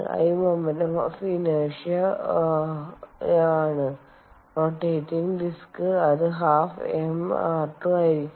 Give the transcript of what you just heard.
I moment of inertia ആണ് rotating ഡിസ്കിന് അത് 12 M r2 ആയിരിക്കും